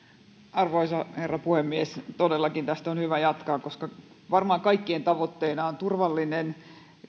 arvoisa herra puhemies todellakin tästä on hyvä jatkaa koska varmaan kaikkien tavoitteena on turvallinen